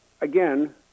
again